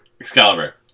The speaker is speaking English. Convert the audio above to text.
Excalibur